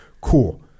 Cool